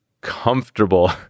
comfortable